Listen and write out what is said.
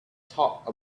talk